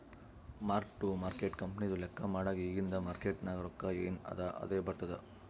mark to market ಕಂಪನಿದು ಲೆಕ್ಕಾ ಮಾಡಾಗ್ ಇಗಿಂದ್ ಮಾರ್ಕೇಟ್ ನಾಗ್ ರೊಕ್ಕಾ ಎನ್ ಅದಾ ಅದೇ ಬರ್ತುದ್